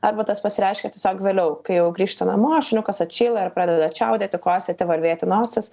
arba tas pasireiškia tiesiog vėliau kai jau grįžta namo šuniukas atšyla ir pradeda čiaudėti kosėti varvėti nosis